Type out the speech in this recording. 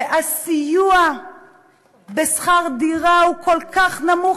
והסיוע בשכר דירה הוא כל כך נמוך,